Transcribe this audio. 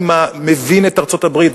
אני מבין את ארצות-הברית,